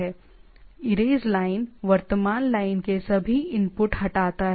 erase line वर्तमान line के सभी इनपुट हटाता है